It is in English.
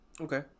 Okay